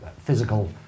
physical